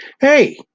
hey